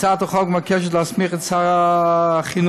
הצעת החוק